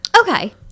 okay